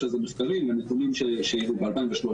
בנתונים שהיו ב-2013.